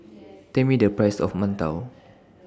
Tell Me The Price of mantou